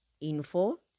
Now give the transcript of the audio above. info